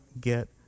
get